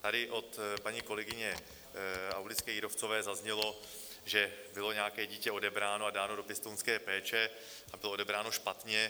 Tady od paní kolegyně Aulické Jírovcové zaznělo, že bylo nějaké dítě odebráno a dáno do pěstounské péče, a to odebráno špatně.